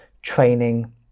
Training